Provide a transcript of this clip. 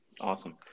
Awesome